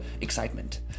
excitement